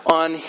on